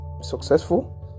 successful